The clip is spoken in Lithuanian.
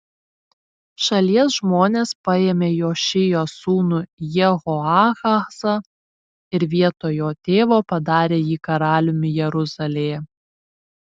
šalies žmonės paėmė jošijo sūnų jehoahazą ir vietoj jo tėvo padarė jį karaliumi jeruzalėje